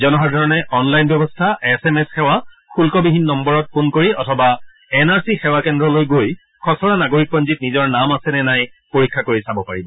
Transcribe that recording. জনসাধাৰণে অনলাইন ব্যৱস্থা S M S সেৱা শুষ্ণবিহীন নম্বৰত ফোন কৰি অথবা এন আৰ চি সেৱা কেন্দ্ৰলৈ গৈ খছৰা নাগৰিকপঞ্জীত নিজৰ নাম আছে নে নাই পৰীক্ষা কৰি চাব পাৰিব